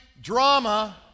drama